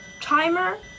timer-